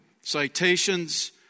citations